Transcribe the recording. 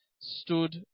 stood